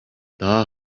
daha